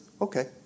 Okay